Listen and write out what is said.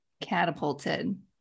Catapulted